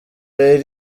rero